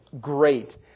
great